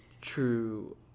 true